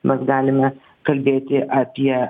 mes galime kalbėti apie